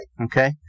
Okay